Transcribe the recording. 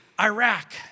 Iraq